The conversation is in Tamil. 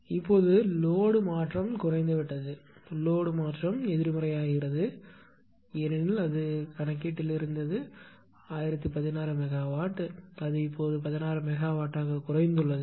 இப்போது லோடு மாற்றம் குறைந்துவிட்டது லோடு மாற்றம் எதிர்மறையானது ஏனெனில் அது கணக்கீட்டில் இருந்தது 1016 மெகாவாட் அது இப்போது 16 மெகாவாட்டாக குறைந்துள்ளது